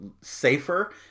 safer